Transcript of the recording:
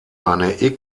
eine